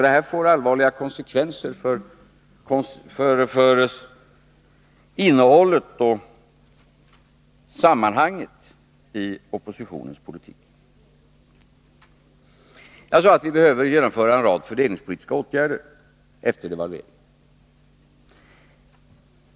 Detta får svåra konsekvenser för innehållet och sammanhanget i oppositionens politik. Jag sade att vi efter devalveringen behöver genomföra en rad fördelningspolitiska åtgärder.